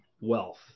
wealth